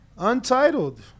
untitled